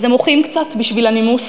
אז הם מוחים קצת בשביל הנימוס